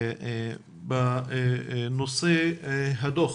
בנושא הדוח